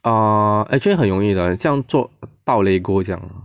err actually 很容易的很像做套 Lego 这样